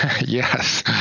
Yes